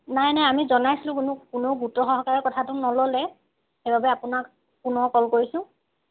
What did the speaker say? নাই নাই আমি জনাইছিলো কিন্তু কোনো গুৰুত্ব সহকাৰে কথাটো নল'লে সেইবাবে আপোনাক পুনৰ ক'ল কৰিছোঁ